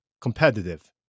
competitive